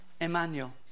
Emmanuel